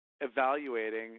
evaluating